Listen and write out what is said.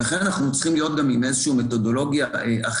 לכן אנחנו צריכים להיות גם עם איזושהי מתודולוגיה אחידה.